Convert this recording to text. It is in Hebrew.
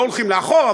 לא הולכים לאחור,